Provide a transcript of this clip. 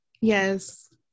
yes